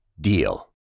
DEAL